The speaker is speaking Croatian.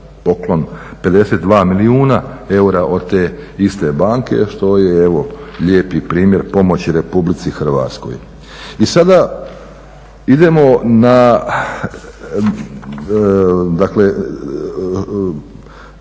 poklon 52 milijuna eura od te iste banke što je lijepi primjer pomoći Republici Hrvatskoj. I sada idemo na